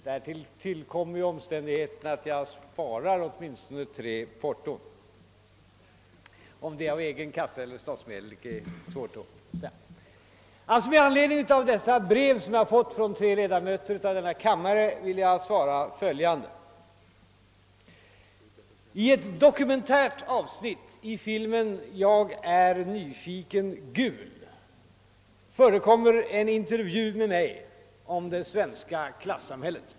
Därtill kommer den omständigheten, att jag sparar åtminstone tre porton — om av egen kassa eller av statsmedel blir kanske svårt att svara på. Med anledning av det brev, som jag alltså fått från tre ledamöter av denna kammare, vill jag svara följande: I ett dokumentärt avsnitt i filmen »Jag är nyfiken — gul» förekommer en intervju med mig om det svenska klassamhället.